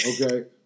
Okay